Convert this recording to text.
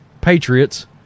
Patriots